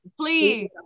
Please